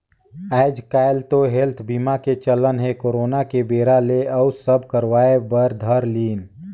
आएज काएल तो हेल्थ बीमा के चलन हे करोना के बेरा ले अउ सब करवाय बर धर लिन